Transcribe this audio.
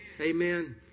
Amen